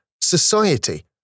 society